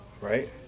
right